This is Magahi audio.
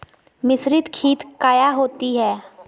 मिसरीत खित काया होती है?